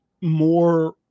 more